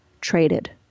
traded